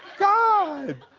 god.